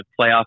playoff